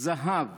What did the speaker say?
זהב